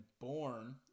born